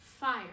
fire